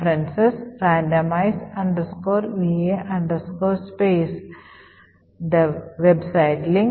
നന്ദി